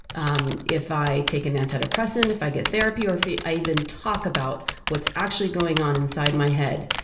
um if i take an antidepressant, if i get therapy or if if i even talk about what's actually going on inside my head,